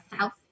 South